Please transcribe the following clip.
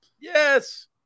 Yes